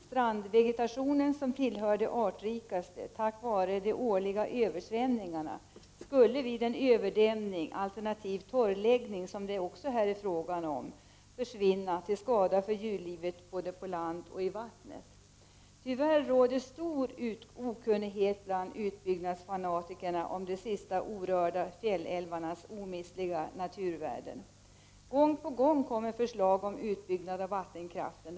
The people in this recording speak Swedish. Strandvegetationen, som tillhör en av de artrikaste tack vare de årliga översvämningarna, skulle vid en över dämning — eller torrläggning, som det också här är fråga om — försvinna till skada för djurlivet såväl på land som i vattnet. Tyvärr råder det stor okunnighet bland utbyggnadsfanatikerna om de sista orörda fjällälvarnas omistliga naturvärden. Gång på gång framläggs förslag om utbyggnad av vattenkraften.